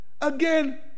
again